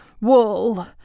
wool